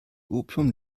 opium